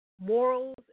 morals